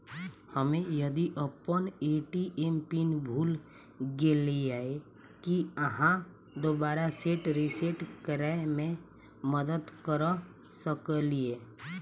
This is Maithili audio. हम्मे यदि अप्पन ए.टी.एम पिन भूल गेलियै, की अहाँ दोबारा सेट रिसेट करैमे मदद करऽ सकलिये?